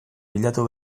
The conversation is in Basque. bilatu